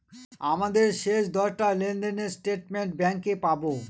আমাদের শেষ দশটা লেনদেনের স্টেটমেন্ট ব্যাঙ্কে পাবো